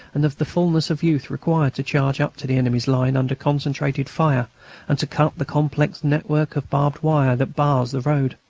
and of the fulness of youth required to charge up to the enemy's line under concentrated fire and to cut the complex network of barbed wire that bars the road.